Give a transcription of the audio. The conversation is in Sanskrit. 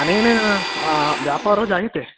अनेन व्यापारो जायते